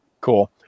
Cool